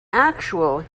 actual